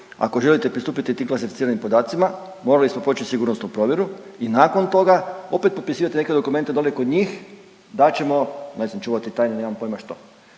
ako želite pristupiti tim klasificiranim podacima morali smo proći sigurnosnu provjeru i nakon toga opet potpisivat neke dokumente dole kod njih da ćemo ne znam čuvati tajne, nemam pojma što.